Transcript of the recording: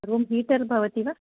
room heater भवति वा